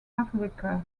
africa